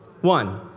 one